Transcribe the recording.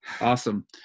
Awesome